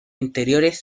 interiores